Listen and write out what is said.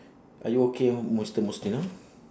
are you okay mister mustino